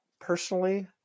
Personally